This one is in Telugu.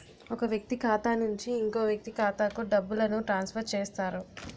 ఒక వ్యక్తి ఖాతా నుంచి ఇంకో వ్యక్తి ఖాతాకు డబ్బులను ట్రాన్స్ఫర్ చేస్తారు